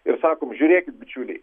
ir sakom žiūrėkit bičiuliai